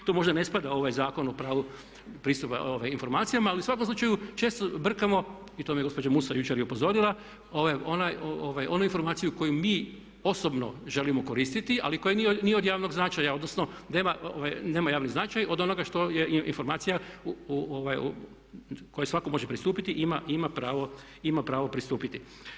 Tu možda ne spada ovaj Zakon o pravu pristupa informacijama ali u svakom slučaju često brkamo, i to me gospođa Musa jučer i upozorila, onu informaciju koju mi osobno želimo koristiti ali koja nije od javnog značaja odnosno nema javni značaj od onoga što je informacija kojoj svatko može pristupiti i ima pravo pristupiti.